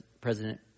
President